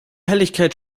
helligkeit